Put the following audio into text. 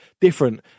different